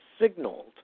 signaled